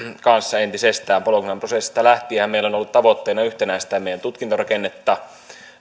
kanssa entisestään bolognan prosessista lähtienhän meillä on ollut tavoitteena yhtenäistää meidän tutkintorakennetta